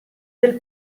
del